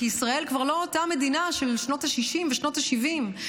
כי ישראל כבר לא אותה מדינה של שנות השישים ושנות השבעים.